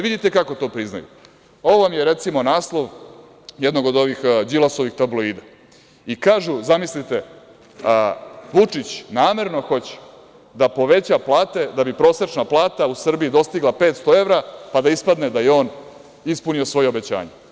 Vidite kako to priznaju, ovo vam je recimo naslov jednog od ovih Đilasovih tabloida, kažu, zamislite, „Vučić namerno hoće da poveća plate, da bi prosečna plata u Srbiji dostigla 500 evra, pa da ispadne da je on ispunio svoje obećanje“